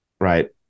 right